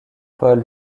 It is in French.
paul